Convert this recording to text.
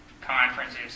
conferences